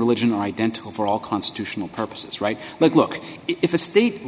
religion are identical for all constitutional purposes right but look if the state